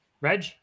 reg